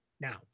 Now